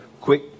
quick